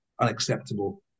unacceptable